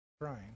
crying